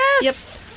Yes